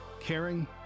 caring